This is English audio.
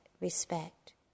respect